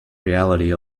reality